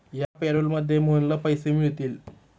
या पॅरोलमध्ये मोहनला पैसे मिळतील